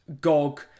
Gog